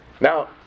Now